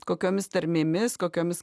kokiomis tarmėmis kokiomis